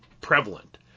prevalent